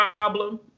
problem